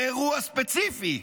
באירוע ספציפי,